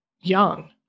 young